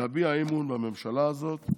להביע אי-אמון בממשלה הזאת.